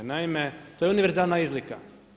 Naime, to je univerzalna izlika.